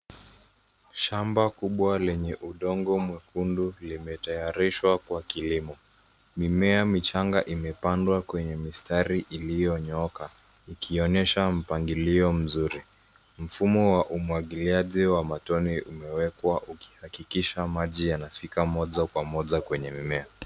Shamba kubwa lenye udongo mwekundu limetayarishwa kwa kilimo. Mimea michanga imepandwa kwenye mistari iliyonyooka, ikionyesha mpangilio mzuri. Mfumo wa umwangiliaji, wa matone umewekwa ukihakikisha maji yanafika moja kwa moja kwenye mimea.